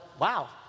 wow